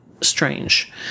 strange